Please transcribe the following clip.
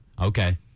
okay